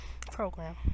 program